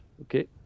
Okay